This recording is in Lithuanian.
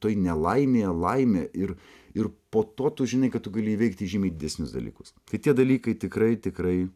toji nelaimė laimė ir ir po to tu žinai tu kad gali įveikti žymiai didesnius dalykus kad tie dalykai tikrai tikrai